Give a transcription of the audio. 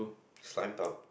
slime down